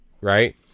right